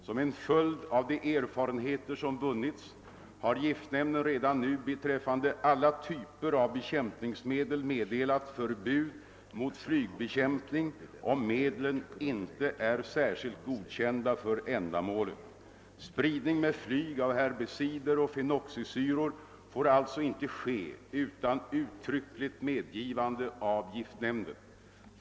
Som en följd av de erfarenheter som vunnits har giftnämnden redan nu beträffande alla typer av bekämpningsmedel meddelat förbud mot flygbekämpning, om medlen inte är särskilt godkända för ändamålet. Spridning med flyg av herbicider med fenoxisyror får alltså inte ske utan uttryckligt medgivande av giftnämnden.